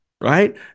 Right